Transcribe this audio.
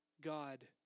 God